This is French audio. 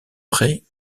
prêt